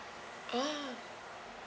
ah